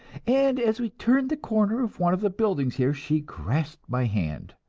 and as we turned the corner of one of the buildings here, she grasped my hand.